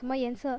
什么颜色